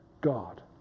God